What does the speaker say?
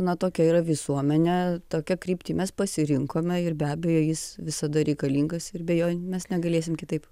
na tokia yra visuomenė tokią kryptį mes pasirinkome ir be abejo jis visada reikalingas ir be jo mes negalėsim kitaip